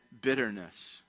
bitterness